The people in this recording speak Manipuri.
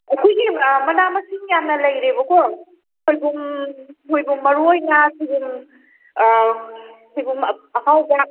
ꯑꯩꯈꯣꯏꯒꯤ ꯃꯅꯥ ꯃꯁꯤꯡ ꯌꯥꯝꯅ ꯂꯩꯔꯦꯕꯀꯣ ꯁꯣꯏꯕꯨꯝ ꯁꯣꯏꯕꯨꯝ ꯃꯔꯣꯏꯒ ꯁꯣꯏꯕꯨꯝ ꯁꯣꯏꯕꯨꯝ ꯑꯍꯥꯎꯕ